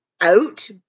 out